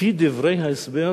לפי דברי ההסבר,